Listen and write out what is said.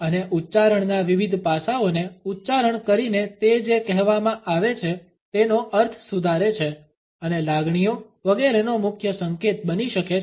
અને ઉચ્ચારણના વિવિધ પાસાઓને ઉચ્ચારણ કરીને તે જે કહેવામાં આવે છે તેનો અર્થ સુધારે છે અને લાગણીઓ વગેરેનો મુખ્ય સંકેત બની શકે છે